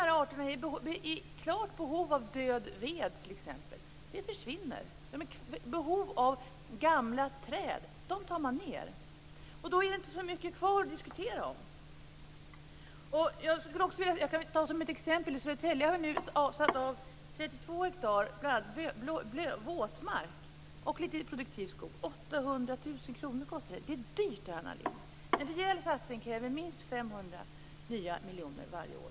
Många arter är i klart behov av t.ex. död ved. Den försvinner. Många är i behov av gamla träd. De tar man ned. Då blir det inte så mycket kvar att diskutera. Som ett exempel kan jag ta Södertälje. Där har man nu avsatt 32 hektar. Det är bl.a. våtmark och litet produktiv skog. 800 000 kr kostar det. Det här är dyrt, Anna Lindh. En rejäl satsning kräver minst 500 nya miljoner varje år.